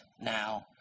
now